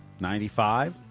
95